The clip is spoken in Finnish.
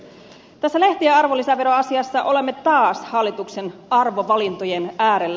tässä lehtien arvonlisäveroasiassa olemme taas hallituksen arvovalintojen äärellä